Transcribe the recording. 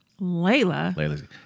Layla